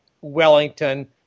Wellington